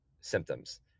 symptoms